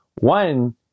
one